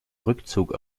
rückzug